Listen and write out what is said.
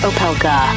Opelka